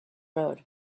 road